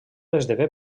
esdevé